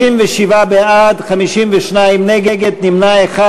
37 בעד, 52 נגד, נמנע אחד.